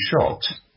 shot